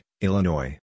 Illinois